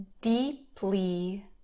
deeply